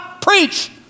Preach